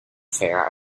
fair